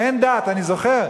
אין דת, אני זוכר.